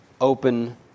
open